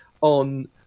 on